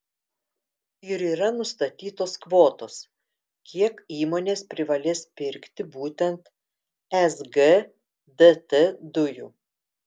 ir yra nustatytos kvotos kiek įmonės privalės pirkti būtent sgdt dujų